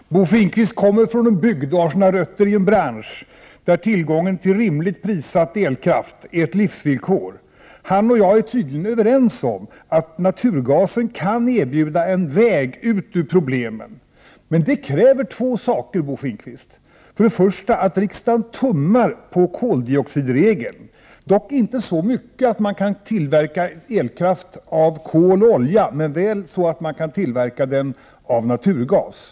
Fru talman! Bo Finnkvist kommer från en bygd och har sina rötter i en bransch där tillgång till rimligt prissatt elkraft är ett livsvillkor. Bo Finnkvist och jag är tydligen överens om att naturgasen kan erbjuda en väg ut ur problemen. Men det kräver två saker, Bo Finnkvist. För det första krävs att riksdagen tummar på koldioxidregeln, dock inte så mycket att man tillverkar elkraft av kol och olja men väl så att man kan tillverka den av naturgas.